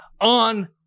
on